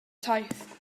taith